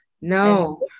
no